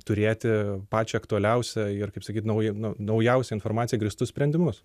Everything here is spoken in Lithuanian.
turėti pačią aktualiausią ir kaip sakyt nau naujausia informacija grįstus sprendimus